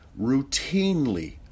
routinely